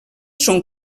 són